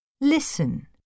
Listen